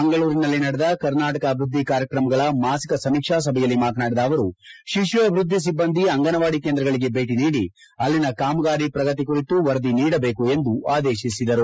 ಮಂಗಳೂರಿನಲ್ಲಿ ನಡೆದ ಕರ್ನಾಟಕ ಅಭಿವೃದ್ಧಿ ಕಾರ್ಯಕ್ರಮಗಳ ಮಾಸಿಕ ಸಮೀಕ್ಷಾ ಸಭೆಯಲ್ಲಿ ಮಾತನಾಡಿದ ಅವರು ಶಿಶು ಅಭಿವೃದ್ದಿ ಸಿಬ್ಬಂದಿ ಅಂಗನವಾಡಿ ಕೇಂದ್ರಗಳಿಗೆ ಭೇಟಿ ನೀಡಿ ಅಲ್ಲಿನ ಕಾಮಗಾರಿ ಪ್ರಗತಿ ಕುರಿತು ವರದಿ ನೀಡಬೇಕು ಎಂದು ಆದೇಶಿಸಿದರು